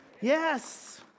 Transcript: Yes